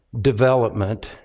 development